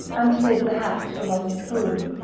and slid the hatch along its groove.